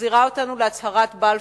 מחזירה אותנו להצהרת בלפור.